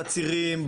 בצירים,